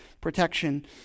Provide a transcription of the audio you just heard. protection